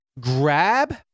grab